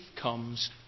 comes